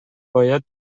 باید